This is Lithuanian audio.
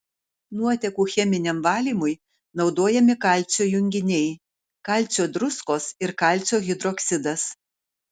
nuotekų cheminiam valymui naudojami kalcio junginiai kalcio druskos ir kalcio hidroksidas